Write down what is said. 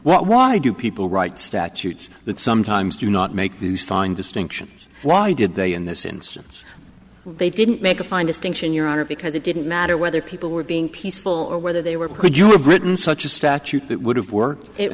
well why do people write statutes that sometimes do not make these fine distinctions why did they in this instance they didn't make a fine distinction your honor because it didn't matter whether people were being peaceful or whether they were could you have written such a statute that would have worked it